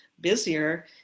busier